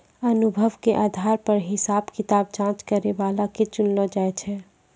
अनुभव के आधार पर हिसाब किताब जांच करै बला के चुनलो जाय छै